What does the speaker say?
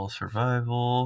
survival